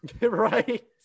right